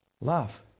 love